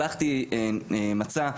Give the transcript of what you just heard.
שלחתי מצע,